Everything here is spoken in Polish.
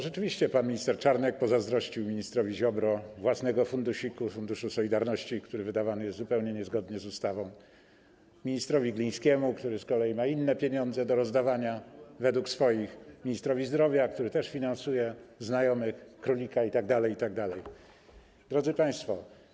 Rzeczywiście pan minister Czarnek pozazdrościł ministrowi Ziobrze własnego fundusiku, Funduszu Solidarnościowego, który wydawany jest zupełnie niezgodnie z ustawą, ministrowi Glińskiemu, który z kolei ma inne pieniądze do rozdawania swoim, ministrowi zdrowia, który też finansuje znajomych królika itd., itd. Drodzy Państwo!